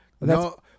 No